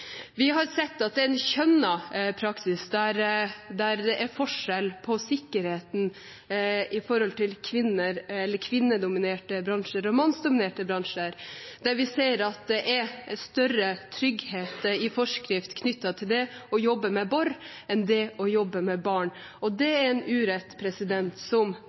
Vi har sett at det er en kjønnet praksis, der det er forskjell på sikkerheten mellom kvinnedominerte bransjer og mannsdominerte bransjer, og vi ser at det er større trygghet i forskrift knyttet til det å jobbe med bor enn til det å jobbe med barn. Det er en urett